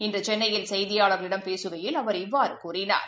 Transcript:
இன்றுசென்னையில் செய்தியாளர்களிடம் பேசுகையில் அவர் இவ்வாறுகூறினார்